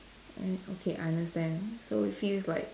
eh okay I understand so it feels like